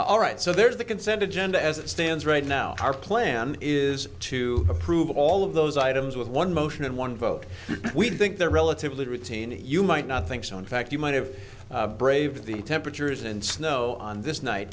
all right so there's the consent agenda as it stands right now our plan is to approve all of those items with one motion and one vote we think they're relatively routine you might not think so in fact you might have braved the temperatures and snow on this night